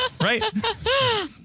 Right